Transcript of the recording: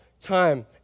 time